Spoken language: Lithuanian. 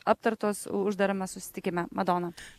aptartos uždarame susitikime madona